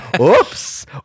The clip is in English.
oops